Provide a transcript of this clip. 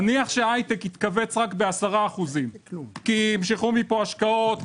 נניח שההייטק יתכווץ רק בעשרה אחוזים כי ימשכו מפה השקעות,